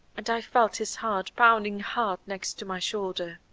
and i felt his heart pounding hard next to my shoulder.